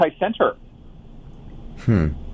anti-center